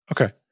okay